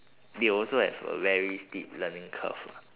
they also have a very steep learning curve lah